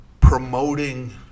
promoting